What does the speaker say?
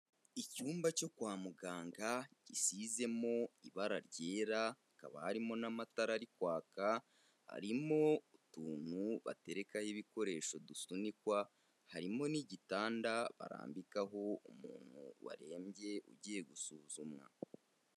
Icyumba cyo kwa muganga, gisizemo ibara ryera, hakaba harimo n'amatara ari kwaka, harimo utuntu baterekaho ibikoresho dusunikwa, harimo n'igitanda barambikaho umuntu warembye, ugiye gusuzumwa.